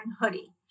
hoodie